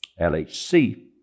LHC